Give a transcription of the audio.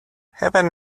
heaven